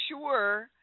sure